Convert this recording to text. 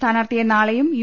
സ്ഥാനാർഥിയെ നാളെയും യു